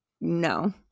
no